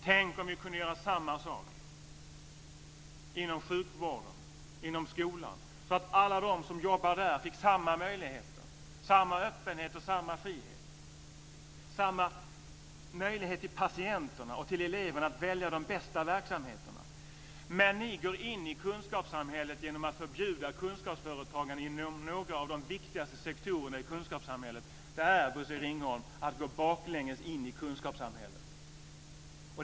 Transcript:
Tänk om vi kunde göra samma sak inom sjukvården och inom skolan, så att alla de som jobbar där fick samma möjligheter, samma öppenhet och samma frihet - samma möjlighet för patienterna och för eleverna att välja de bästa verksamheterna. Men ni går in i kunskapssamhället genom att förbjuda kunskapsföretagande inom några av de viktigaste sektorerna i kunskapssamhället. Det är, Bosse Ringholm, att gå baklänges in i kunskapssamhället.